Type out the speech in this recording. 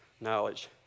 knowledge